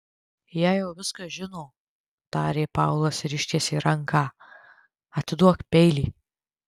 jie jau viską žino tarė paulas ir ištiesė ranką atiduok peilį